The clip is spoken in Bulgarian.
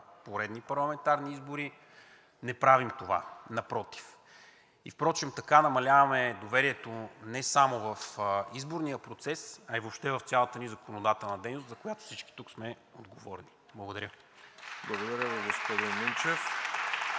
поредни парламентарни избори не правим това, напротив. И между другото, така намаляваме доверието не само в изборния процес, а и въобще в цялата ни законодателна дейност, за която всички тук сме отговорни. Благодаря. ПРЕДСЕДАТЕЛ РОСЕН